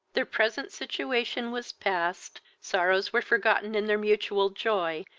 their present situation was past sorrows were forgotten in their mutual joy,